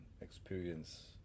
experience